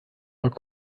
war